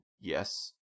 Yes